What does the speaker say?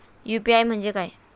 UPI म्हणजे काय?